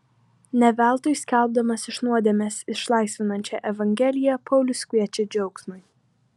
ne veltui skelbdamas iš nuodėmės išlaisvinančią evangeliją paulius kviečia džiaugsmui